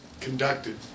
conducted